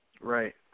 Right